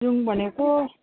जाऊँ भनेको